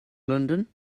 london